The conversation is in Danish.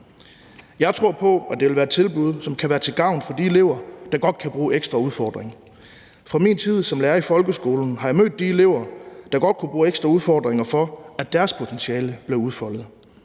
Jeg tror på, at det vil være et tilbud, som kan være til gavn for de elever, der godt kan bruge ekstra udfordringer. I min tid som lærer i folkeskolen har jeg mødt de elever, der godt kunne bruge ekstra udfordringer for, at deres potentiale blev udfoldet.